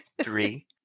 Three